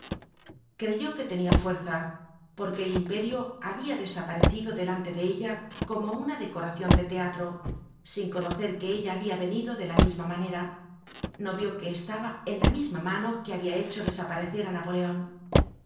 creyó que tenia fuerza porque el imperio habia desaparecido delante de ella como una decoracion de teatro sin conocer que ella habia venido de la misma manera no vió que estaba en la misma mano que habia hecho desaparecer á napoleon